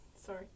Sorry